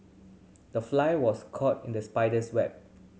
the fly was caught in the spider's web